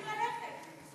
אני הולכת.